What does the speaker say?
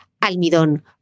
almidón